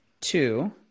Two